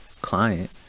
client